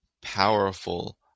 powerful